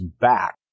back